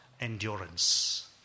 endurance